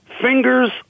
fingers